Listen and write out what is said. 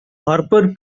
harper